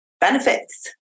benefits